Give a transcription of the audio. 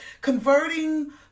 Converting